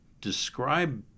describe